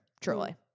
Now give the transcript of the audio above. Truly